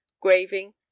graving